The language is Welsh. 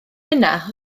yna